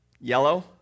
yellow